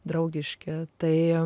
draugiški tai